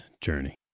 journey